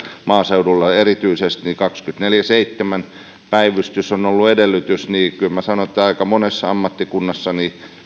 maaseudulla erityisesti kaksikymmentäneljä kautta seitsemän päivystys on ollut edellytys niin kyllä minä sanon että aika monessa ammattikunnassa